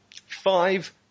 five